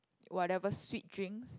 whatever sweet drinks